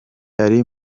ari